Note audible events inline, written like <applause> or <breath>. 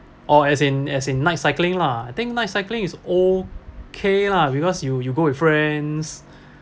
or as in as in night cycling lah I think night cycling is okay lah because you you go with friends <breath>